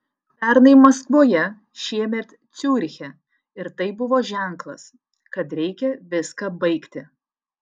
pernai maskvoje šiemet ciuriche ir tai buvo ženklas kad reikia viską baigti